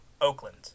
Oakland